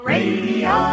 Radio